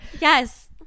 Yes